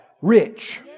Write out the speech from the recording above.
rich